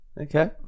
Okay